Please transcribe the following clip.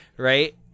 Right